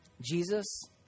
Jesus